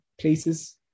places